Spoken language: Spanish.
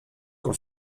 con